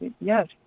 yes